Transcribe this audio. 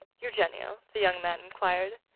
eugenio? the young man inquired.